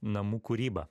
namų kūrybą